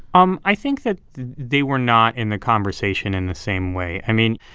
um i think that they were not in the conversation in the same way. i mean,